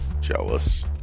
jealous